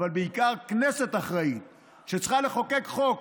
אבל בעיקר כנסת אחראית, שצריכה לחוקק חוק